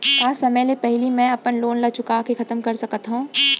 का समय ले पहिली में अपन लोन ला चुका के खतम कर सकत हव?